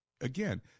again